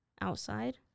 outside